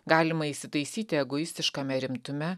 galima įsitaisyti egoistiškame rimtume